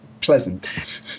pleasant